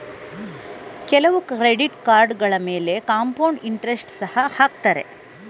ಕೆಲವು ಕ್ರೆಡಿಟ್ ಕಾರ್ಡುಗಳ ಮೇಲೆ ಕಾಂಪೌಂಡ್ ಇಂಟರೆಸ್ಟ್ ಸಹ ಹಾಕತ್ತರೆ